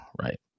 right